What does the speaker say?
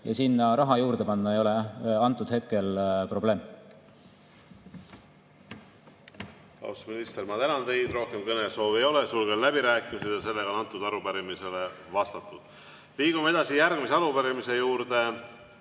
Ja sinna raha juurde panna ei ole antud hetkel probleem.